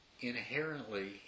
inherently